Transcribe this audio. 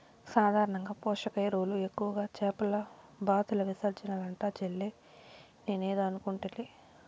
సాధారణంగా పోషక ఎరువులు ఎక్కువగా చేపల బాతుల విసర్జనలంట చెల్లే నేనేదో అనుకుంటిలే